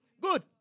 Good